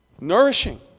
Nourishing